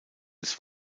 des